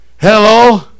Hello